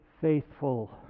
Faithful